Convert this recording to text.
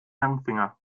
langfinger